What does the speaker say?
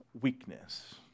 weakness